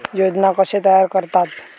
योजना कशे तयार करतात?